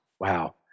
wow